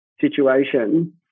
situation